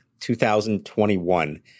2021